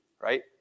right